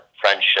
friendship